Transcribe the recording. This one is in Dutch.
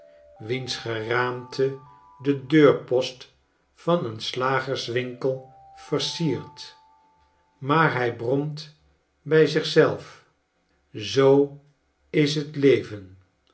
wiens geraamte den deurpost van een slagerswinkel versiert maar hij bromt bij zich zelf zoo is t leven